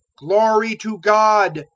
glory to god!